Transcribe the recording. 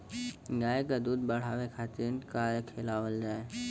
गाय क दूध बढ़ावे खातिन का खेलावल जाय?